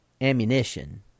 ammunition